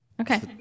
Okay